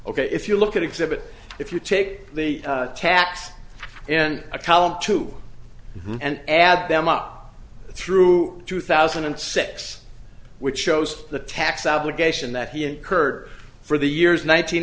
ok if you look at exhibit if you take the tax and a column two and add them up through two thousand and six which shows the tax obligation that he incurred for the years